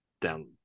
down